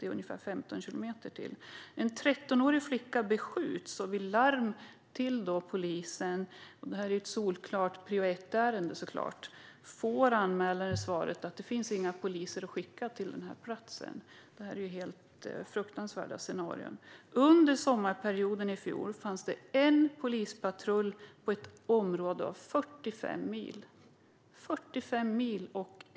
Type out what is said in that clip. Det är ungefär 15 km dit. En 13-årig flicka blev beskjuten. Det är ett solklart prio 1-ärende. Vid larm till polisen fick anmälaren svaret att det inte fanns några poliser att skicka till platsen. Det är fruktansvärda scenarier. Under sommarperioden i fjol fanns det en polispatrull på ett område av 45 mil.